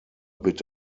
bit